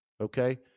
okay